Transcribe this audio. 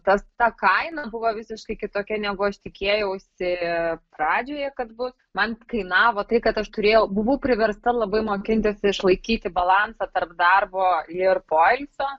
tas ta kaina buvo visiškai kitokia negu aš tikėjausi pradžioje kad bus man kainavo tai kad aš turėjau buvau priversta labai mokintis išlaikyti balansą tarp darbo ir poilsio